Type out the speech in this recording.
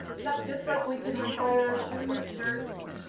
yeah, just like we can require shoes, shirts,